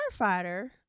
firefighter